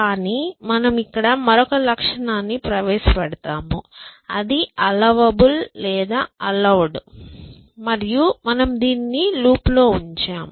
కానీ మనము ఇక్కడ మరొక లక్షణాన్ని ప్రవేశపెడతాము అది అల్లవబుల్ లేదా అల్లవ్డ్ మరియు మనము దీనిని లూప్లో ఉంచాము